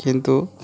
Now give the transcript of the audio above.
কিন্তু